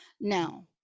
Now